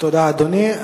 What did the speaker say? תודה, אדוני.